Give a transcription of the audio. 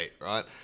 right